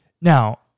Now